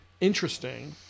interesting